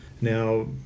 Now